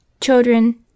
Children